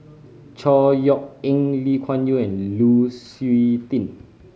Chor Yeok Eng Lee Kuan Yew and Lu Suitin